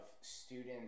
students